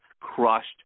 crushed